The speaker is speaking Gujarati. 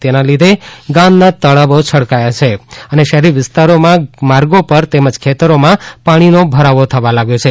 તેના લીધે ગામ તળાવો છલકાવા લાગ્યાં છે અને શહેરી વિસ્તારોમાં માર્ગો પર તેમજ ખેતરોમાં પાણીનો ભરાવો થવા લાગ્યો છે